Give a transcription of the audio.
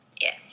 Yes